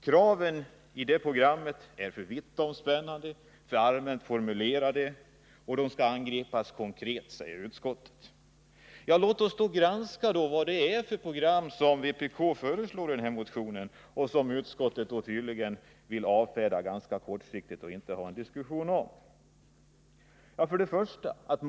Kraven i det programmet är för vittomspännande, för allmänt formulerade, och problemen skall angripas konkret, säger utskottet. Låt oss då granska det program som vpk föreslår i sin motion och som utskottet inte vill ha en diskussion om utan vill avfärda ganska kortsiktigt: 1.